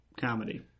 comedy